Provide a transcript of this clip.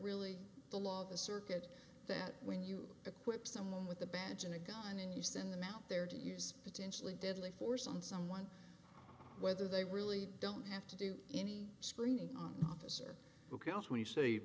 really the law of the circuit that when you a quip someone with a badge and a gun and you send them out there to use potentially deadly force on someone whether they really don't have to do any screening on this or when you say